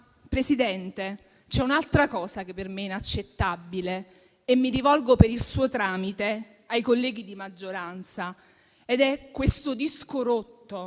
Presidente, un'altra cosa per me è inaccettabile, e mi rivolgo per il suo tramite ai colleghi di maggioranza. È questo disco rotto